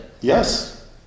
Yes